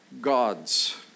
gods